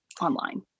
online